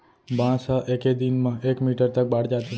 बांस ह एके दिन म एक मीटर तक बाड़ जाथे